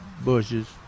bushes